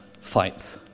fights